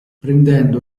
prendendo